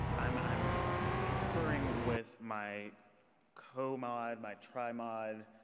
i'm i'm conferring with my can he-mod, my tri-mod